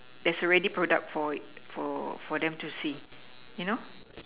there's already product for for for them to see you know